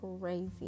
crazy